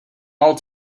all